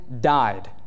died